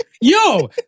yo